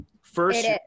First